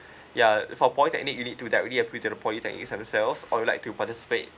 ya for polytechnic you need to directly apply to the polytechnic at yourselves or you like to participate